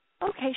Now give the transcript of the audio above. Okay